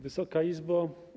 Wysoka Izbo!